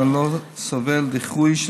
שלא סובל דיחוי,